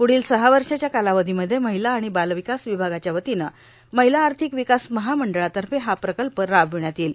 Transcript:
पूढील सहा वर्षाच्या कालावधीमध्ये महिला आणि बालविकास विभागाच्या वतीनं महिला आर्थिक विकास महामंडळातर्फे हा प्रकल्प राबविण्यात येईल